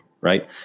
right